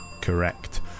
Correct